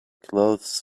clothes